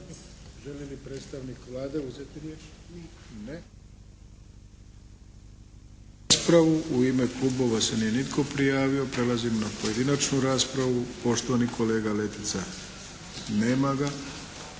U ime klubova se nije nitko prijavio. Prelazimo na pojedinačnu raspravu. Poštovani kolega Letica. Nema ga.